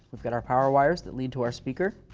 we've got our power wires that lead to our speaker.